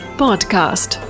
podcast